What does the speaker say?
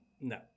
No